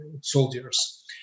soldiers